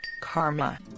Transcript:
karma